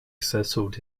settled